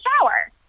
shower